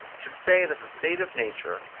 should say that the state of nature,